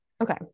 Okay